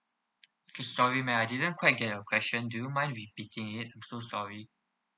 sorry man I didn't quite get your question do you mind repeating it so sorry